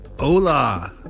hola